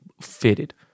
fitted